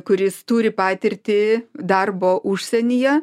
kuris turi patirtį darbo užsienyje